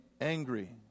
angry